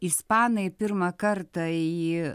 ispanai pirmą kartą į